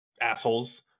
assholes